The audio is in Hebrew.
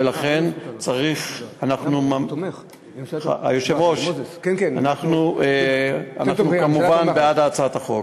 ולכן, היושב-ראש, אנחנו כמובן בעד הצעת החוק.